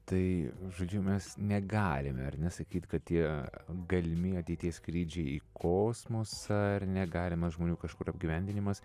tai žodžiu mes negalime ar ne sakyt kad tie galimi ateities skrydžiai į kosmosą ar negalimas žmonių kažkur apgyvendinimas